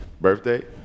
Birthday